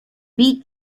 beat